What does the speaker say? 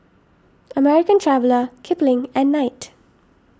American Traveller Kipling and Knight